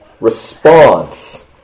response